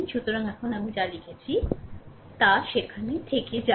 সুতরাং এখন আমি যা লিখেছি তা সেখানে যাবে